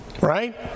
Right